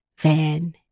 Van